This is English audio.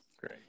great